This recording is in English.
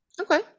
Okay